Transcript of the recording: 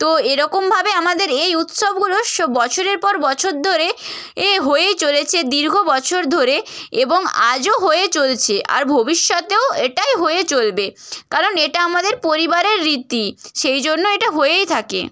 তো এরকমভাবে আমাদের এই উৎসবগুলো বছরের পর বছর ধরে এ হয়েই চলেছে দীর্ঘ বছর ধরে এবং আজও হয়ে চলছে আর ভবিষ্যতেও এটাই হয়ে চলবে কারণ এটা আমাদের পরিবারের রীতি সেই জন্য এটা হয়েই থাকে